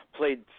played